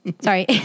sorry